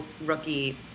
rookie